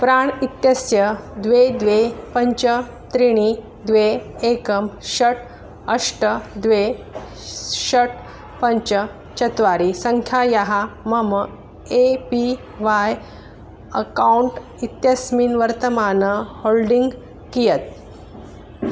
प्राण् इत्यस्य द्वे द्वे पञ्च त्रीणि द्वे एकं षट् अष्ट द्वे षट् पञ्च चत्वारि सङ्ख्यायाः मम ए पी वाय् अकौण्ट् इत्यस्मिन् वर्तमानं होल्डिङ्ग् कियत्